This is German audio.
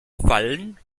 fallen